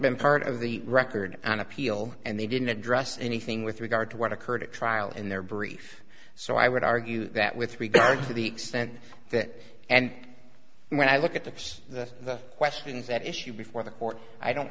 been part of the record on appeal and they didn't address anything with regard to what occurred at trial and their brief so i would argue that with regard to the extent that and when i look at this the questions that issue before the court i don't